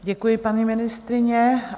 Děkuji, paní ministryně.